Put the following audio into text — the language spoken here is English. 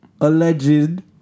alleged